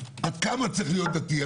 על כמה צריך להיות דתי.